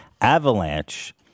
avalanche